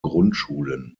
grundschulen